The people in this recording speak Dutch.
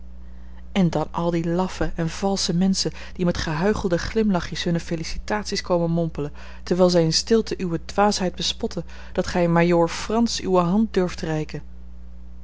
en dan al die laffe en valsche menschen die met gehuichelde glimlachjes hunne felicitaties komen mompelen terwijl zij in stilte uwe dwaasheid bespotten dat gij majoor frans uwe hand durft reiken